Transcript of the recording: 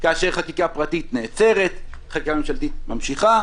כאשר חקיקה פרטית נעצרת חקיקה ממשלתית ממשיכה.